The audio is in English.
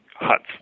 huts